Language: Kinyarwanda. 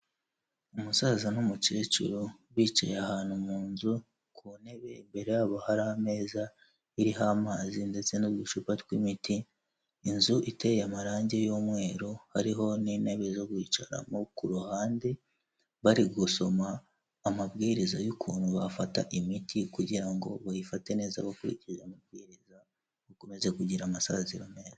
Umusaza n'umukecuru bicaye ahantu mu nzu ku ntebe imbere yabo hari ameza iriho amazi ndetse n'uducupa tw'imiti, inzu iteye amarangi y'umweru hariho n'intebe zo kwicaramo ku ruhande bari gusoma amabwiriza y'ukuntu bafata imiti kugira ngo bayifate neza bakurikije amabwiriza bakomeze kugira amasaziro meza.